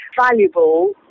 valuable